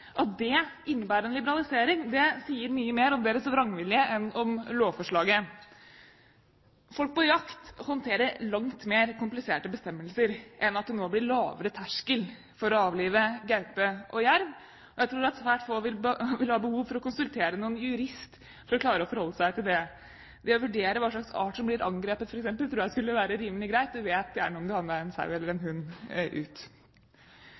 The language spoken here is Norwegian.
at det innebærer en liberalisering, sier mye mer om deres vrangvilje enn om lovforslaget. Folk på jakt håndterer langt mer kompliserte bestemmelser enn at det nå blir lavere terskel for å avlive gaupe og jerv, og jeg tror at svært få vil ha behov for å konsultere en jurist for å klare å forholde seg til det. Det å vurdere hva slags art som blir angrepet, f.eks., tror jeg skulle være rimelig greit, du vet gjerne om du har med deg en sau eller en hund ut.